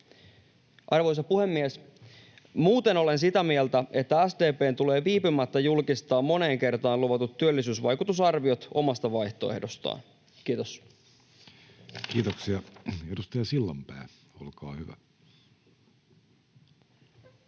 Arvoisa puhemies! Muuten olen sitä mieltä, että SDP:n tulee viipymättä julkistaa moneen kertaan luvatut työllisyysvaikutusarviot omasta vaihtoehdostaan. — Kiitos. [Speech